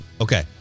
Okay